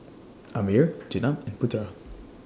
Ammir Jenab and Putera